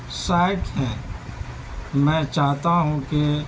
شائق ہیں میں چاہتا ہوں کہ